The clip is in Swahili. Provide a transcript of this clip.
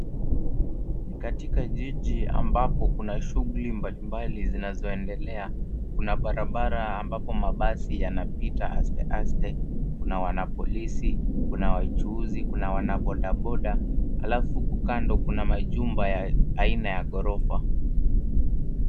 Ni katika jiji ambapo kuna shuguli mbalimbali zinazoendelea. Kuna barabara ambapo mabasi yanapita hastehaste, kuna polisi, kuna wanabodaboda alafu huku kando kuna majumba ya aina ya ghorofa.